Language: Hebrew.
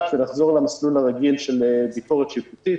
ונחזור למסלול הרגיל של ביקורת שיפוטית.